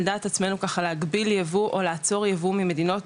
דעת עצמינו ככה להגביל ייבוא או לעצור ייבוא ממדינות,